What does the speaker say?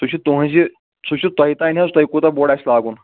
سُہ چھُ تُہٕنٛزِ سُہ چھُ تۄہہِ تام حظ تۄہہِ کوتاہ بوٚڈ آسہِ لگاوُن